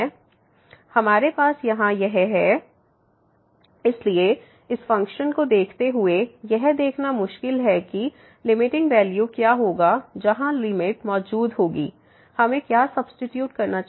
यहाँ हमारे पास fxyx2y2tan xy xy≠0 0 इसलिए इस फ़ंक्शन को देखते हुए यह देखना मुश्किल है कि लिमिटिंग वैल्यू क्या होगा जहां लिमिट मौजूद होगी कि हमें क्या सब्सीट्यूट करना चाहिए